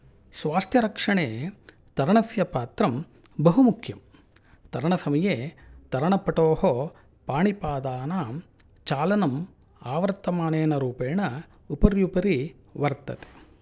स्वास्थ्यरक्षणे तरणस्य पात्रं बहु मुख्यं तरणसमये तरणपटोः पाणिपादानां चालनम् आवर्तमानरुपेण उपर्युपरि वर्तते